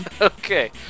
okay